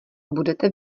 budete